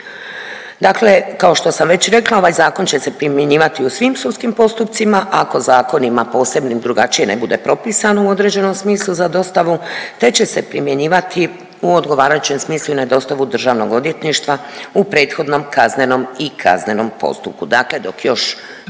Dakle, kao što sam već rekla ovaj zakon će se primjenjivati u svim sudskim postupcima ako zakonima posebnim drugačije ne bude propisano u određenom smislu za dostavu, te će se primjenjivati u odgovarajućem smislu i na dostavu Državnog odvjetništva u prethodnom kaznenom i kaznenom postupku. Dakle, dok još